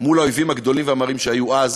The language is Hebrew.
מול האויבים הגדולים והמרים שהיו אז